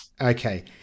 okay